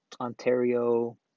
Ontario